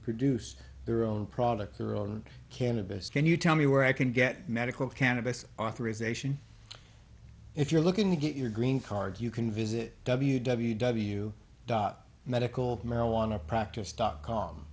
produce their own product their own cannabis can you tell me where i can get medical cannabis authorization if you're looking to get your green card you can visit w w w dot medical marijuana practice dot com